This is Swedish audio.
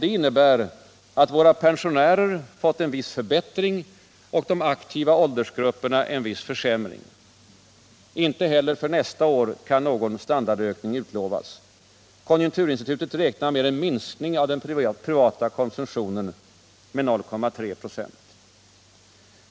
Det innebär att våra pensionärer fått en viss förbättring och de aktiva åldersgrupperna en viss försämring. Inte heller för nästa år kan någon standardökning utlovas. Konjunkturinstitutet räknar med en minskning av den privata konsumtionen med 0,3 96.